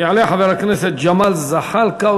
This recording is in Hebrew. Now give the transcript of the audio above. יעלה חבר הכנסת ג'מאל זחאלקה,